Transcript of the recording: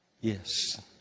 Yes